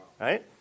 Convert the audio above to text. Right